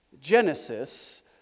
Genesis